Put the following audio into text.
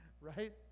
Right